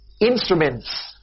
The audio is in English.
Instruments